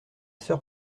sœur